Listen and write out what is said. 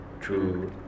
true